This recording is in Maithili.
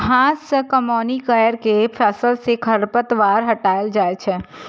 हाथ सं कमौनी कैर के फसल सं खरपतवार हटाएल जाए छै